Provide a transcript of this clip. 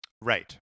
Right